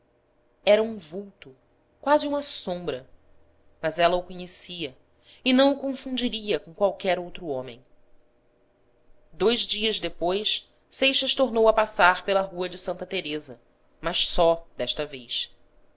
era um vulto quase uma sombra mas ela o conhecia e não o confundiria com qualquer outro homem dois dias depois seixas tornou a passar pela rua de santa teresa mas só desta vez